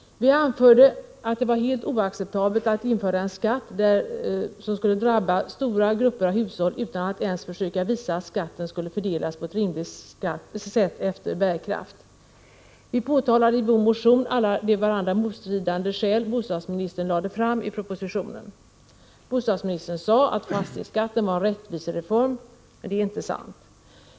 Vi anförde att det var helt oacceptabelt att införa en skatt som skulle drabba stora grupper av hushåll utan att ens försöka visa att skatten skulle fördelas på ett rimligt sätt efter bärkraft. Vi påtalade i vår motion alla de varandra motstridande skäl bostadsministern lade fram i propositionen. Bostadsministern sade att fastighetsskatten var en rättvisereform, men det är inte sant.